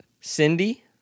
Cindy